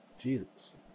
Jesus